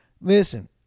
Listen